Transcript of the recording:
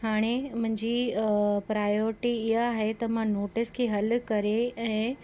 हाणे मुंहिंजी प्रायोरिटी ईअं आहे त मां नोटिस खे हल करे ऐं